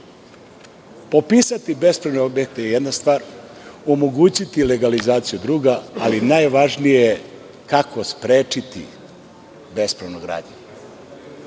Popisati bespravne objekte je jedna stvar, omogućiti legalizaciju je druga, ali najvažnije kako sprečiti bespravnu gradnju.